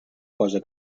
cosa